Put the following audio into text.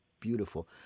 beautiful